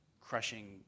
crushing